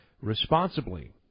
responsibly